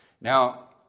Now